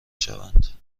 شوند